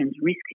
risk